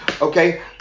Okay